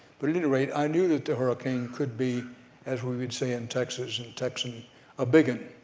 but at any rate i knew that the hurricane could be as we would say in texas in texan a big and